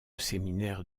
séminaire